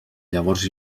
llavors